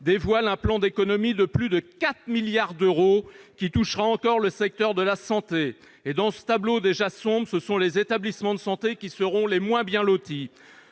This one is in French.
dévoile un plan d'économies de plus de 4 milliards d'euros, qui touchera encore le secteur de la santé. Dans ce tableau déjà sombre, ce sont les établissements de santé qui seront les moins bien lotis.